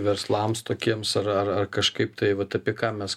verslams tokiems ar ar kažkaip tai vat apie ką mes